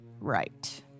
right